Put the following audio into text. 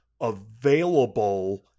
available